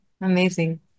Amazing